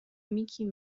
mickey